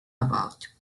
about